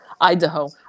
Idaho